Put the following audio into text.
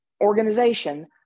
organization